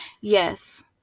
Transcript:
Yes